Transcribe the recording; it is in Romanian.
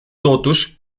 totuși